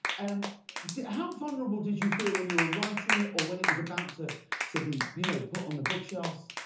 um how vulnerable did you feel when you were writing it or when it was about to to be you know put on the book shelves?